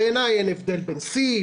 בעיני אין הבדל בין C,